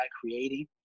creating